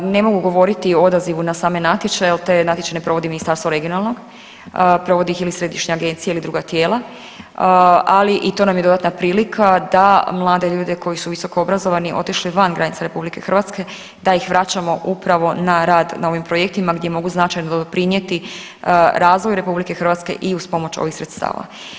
Ne mogu govoriti o odazivu na same natječaje jer taj natječaj ne provodi Ministarstvo regionalnog, provodi ih ili Središnja agencija ili druga tijela, ali i to nam je dodatna prilika da mlade ljude koji su visokoobrazovni otišli van granica RH, da ih vraćamo upravo na rad na ovim projektima gdje mogu značajno doprinijeti razvoju RH i uz pomoć ovih sredstava.